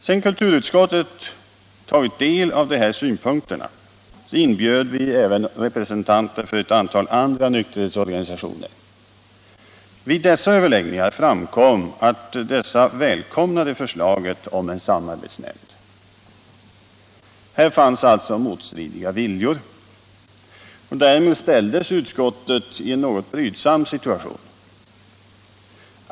Sedan kulturutskottet tagit del av dessa synpunkter inbjöd vi även representanter för ett antal andra nykterhetsorganisationer. Vid överläggningarna framkom att dessa välkomnade förslaget om en samarbetsnämnd. Här fanns alltså motstridiga viljor. Därmed ställdes utskottet i en något brydsam situation.